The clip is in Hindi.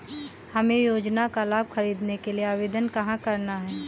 हमें योजना का लाभ ख़रीदने के लिए आवेदन कहाँ करना है?